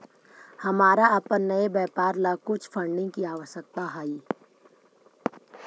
हमारा अपन नए व्यापार ला कुछ फंडिंग की आवश्यकता हई